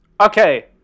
Okay